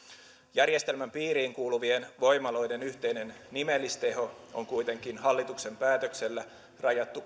järjestelmän piiriin kuuluvien voimaloiden yhteinen nimellisteho on kuitenkin hallituksen päätöksellä rajattu